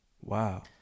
wow